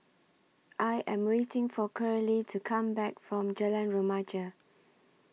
I Am waiting For Curley to Come Back from Jalan Remaja